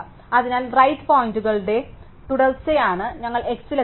അതിനാൽ റൈറ് പോയിന്ററുകളുടെ തുടർച്ചയാണ് ഞങ്ങൾ x ൽ എത്തുന്നത്